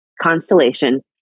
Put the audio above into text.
constellation